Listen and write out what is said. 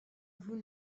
vous